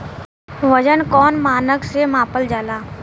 वजन कौन मानक से मापल जाला?